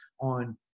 on